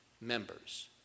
members